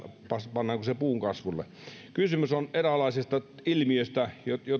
pannaanko se puunkasvulle kysymys on eräänlaisesta ilmiöstä